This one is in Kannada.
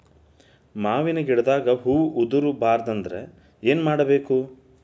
ಮಾವಿನ ಗಿಡದಾಗ ಹೂವು ಉದುರು ಬಾರದಂದ್ರ ಏನು ಮಾಡಬೇಕು?